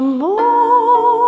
more